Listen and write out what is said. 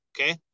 Okay